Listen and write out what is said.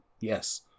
yes